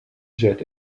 jet